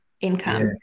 income